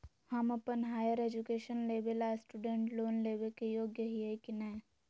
हम अप्पन higher education लेबे ला स्टूडेंट लोन लेबे के योग्य हियै की नय?